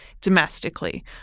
domestically